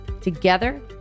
Together